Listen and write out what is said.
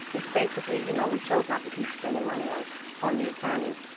it's basically, you know, we chose not to keep spending money on on the attorneys,